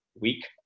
week